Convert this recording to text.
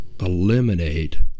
eliminate